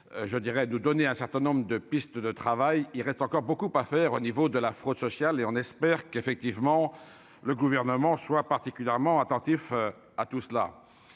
je dirais, de donner un certain nombre de pistes de travail, il reste encore beaucoup à faire au niveau de la fraude sociale et on espère qu'effectivement le gouvernement soit particulièrement attentif à tout cela,